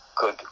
good